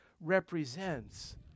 represents